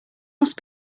must